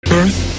Birth